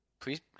Please